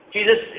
Jesus